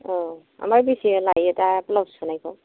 औ ओमफ्राय बेसे लायो दा ब्लाउस सुनायखौ